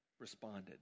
responded